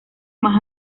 más